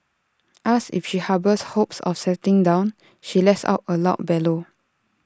asked if she harbours hopes of settling down she lets out A loud bellow